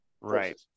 right